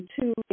two